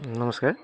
নমস্কাৰ